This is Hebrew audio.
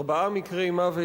ארבעה מקרי מוות,